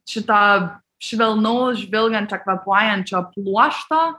šito švelnaus žvilgančio kvėpuojančio pluošto